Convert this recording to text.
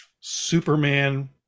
Superman